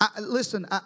listen